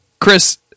Chris